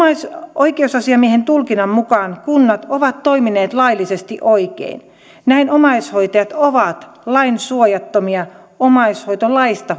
oikeusasiamiehen tulkinnan mukaan kunnat ovat toimineet laillisesti oikein näin omaishoitajat ovat lainsuojattomia omaishoitolaista